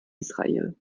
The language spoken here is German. israel